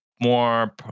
More